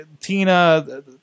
tina